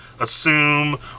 assume